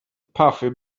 puffy